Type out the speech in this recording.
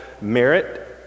merit